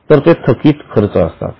तर ते थकीत खर्च असतात